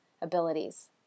abilities